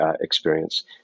experience